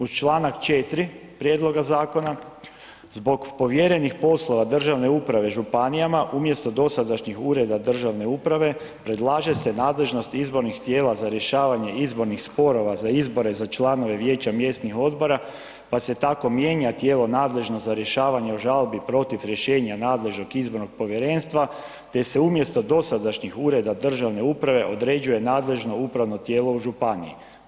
U čl. 4. prijedloga zakona, zbog povjerenih poslova državne uprave županijama, umjesto dosadašnjih ureda državne uprave, predlaže se nadležnost izbornih tijela za rješavanje izbornih sporova za izbore, za članove vijeća mjesnih odbora, pa se tako mijenja tijelo nadležno za rješavanje o žalbi protiv rješenja nadležnog izbornog povjerenstva te se umjesto dosadašnjih ureda državne uprave određuje nadležno upravno tijelo u županijama.